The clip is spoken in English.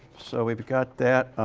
so, we've got that.